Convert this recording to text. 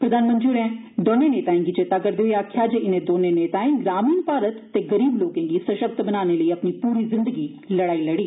प्रधानमंत्री होरें इनें दोने नेताएं गी चेता करदे होई आक्खेआ जे इनें दोने नेताएं ग्रमीण भारत ते गरीब लोर्के गी सशक्त बनाने लेई अपनी पूरी जिन्दगी लडाई लडी